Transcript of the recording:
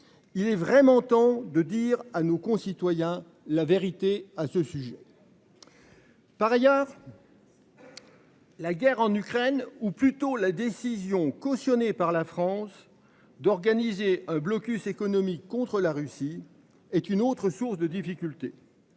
Il est vraiment temps de dire à nos concitoyens la vérité à ce sujet.-- Par ailleurs.-- La guerre en Ukraine ou plutôt la décision cautionné par la France d'organiser un blocus économique contre la Russie est une autre source de difficultés.